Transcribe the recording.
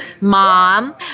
Mom